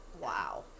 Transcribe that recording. wow